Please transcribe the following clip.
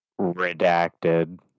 Redacted